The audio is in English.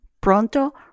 pronto